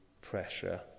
pressure